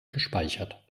gespeichert